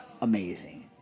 Amazing